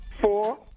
four